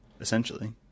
essentially